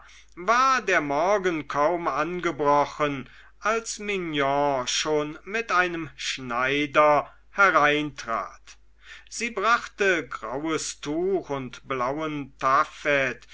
war der morgen kaum angebrochen als mignon schon mit einem schneider hereintrat sie brachte graues tuch und blauen